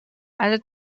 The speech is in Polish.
ale